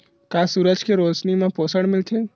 का सूरज के रोशनी म पोषण मिलथे?